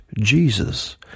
Jesus